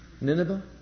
Nineveh